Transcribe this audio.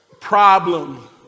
problem